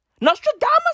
Nostradamus